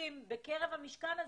שחושבים בקרב המשכן הזה,